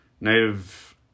Native